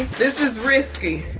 this is risky.